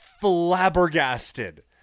flabbergasted